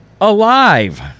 alive